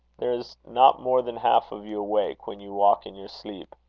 there is not more than half of you awake, when you walk in your sleep.